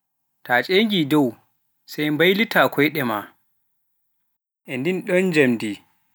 Taah enti dow, sai mbaylitaa koyɗe maa e ndin ɗom njamdi.